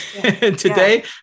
today